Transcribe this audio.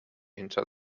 hinter